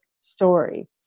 story